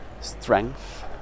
strength